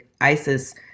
Isis